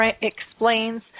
explains